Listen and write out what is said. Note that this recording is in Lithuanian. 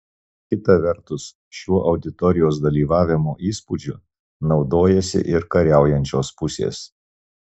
kita vertus šiuo auditorijos dalyvavimo įspūdžiu naudojasi ir kariaujančios pusės